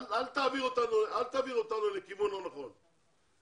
אל תעביר אותנו לכיוון לא נכון.